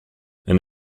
and